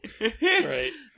Right